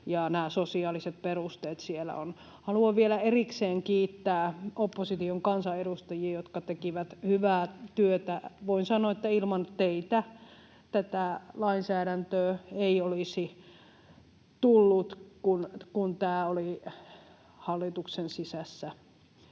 ja nämä sosiaaliset perusteet siellä ovat. Haluan vielä erikseen kiittää opposition kansanedustajia, jotka tekivät hyvää työtä. Voin sanoa, että ilman teitä tätä lainsäädäntöä ei olisi tullut, kun tämä oli hallituksen sisällä